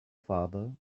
father